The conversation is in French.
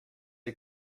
les